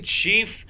chief